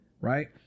right